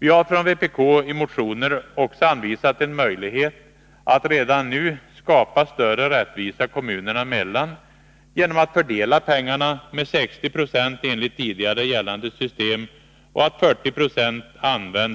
Vi har från vpk i motioner också anvisat en möjlighet att redan nu skapa större rättvisa kommunerna emellan genom att fördela pengarna med 60 26 enligt tidigare gällande system och 40